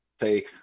say